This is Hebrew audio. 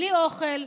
בלי אוכל,